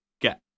get